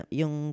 yung